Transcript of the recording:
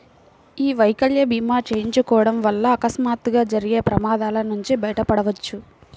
యీ వైకల్య భీమా చేయించుకోడం వల్ల అకస్మాత్తుగా జరిగే ప్రమాదాల నుంచి బయటపడొచ్చు